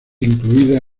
incluida